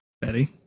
Betty